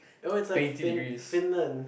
oh it's like fin~ Finland